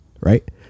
right